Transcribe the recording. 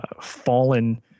fallen